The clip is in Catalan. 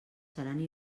seran